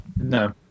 no